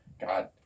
God